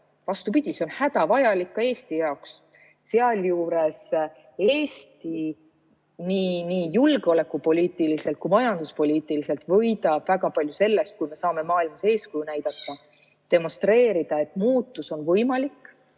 vastupidi, see on hädavajalik ka Eesti jaoks. Sealjuures Eesti võidab nii julgeolekupoliitiliselt kui ka majanduspoliitiliselt väga palju sellest, kui me saame maailmas eeskuju näidata, demonstreerida, et muutus on võimalik.